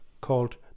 called